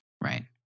Right